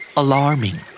Alarming